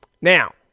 Now